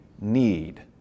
need